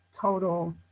total